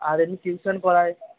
আর এমনি টিউশন পড়াই